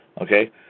Okay